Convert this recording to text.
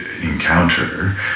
encounter